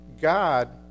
God